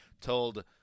told